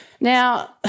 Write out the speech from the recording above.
Now